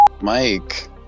Mike